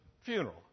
funeral